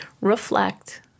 reflect